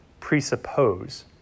presuppose